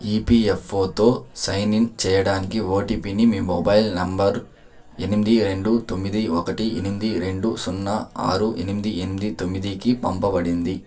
ఈపీఎఫ్ఓతో sign in చేయడానికి ఓటీపీని మీ మొబైల్ నంబరు ఎనిమిది రెండు తొమ్మిది ఒకటి ఎనిమిది రెండు సున్నా ఆరు ఎనిమిది ఎనిమిది తొమ్మిదికి పంపబడింది